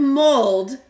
mold